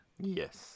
Yes